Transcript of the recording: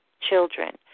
children